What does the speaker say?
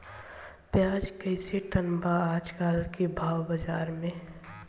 प्याज कइसे टन बा आज कल भाव बाज़ार मे?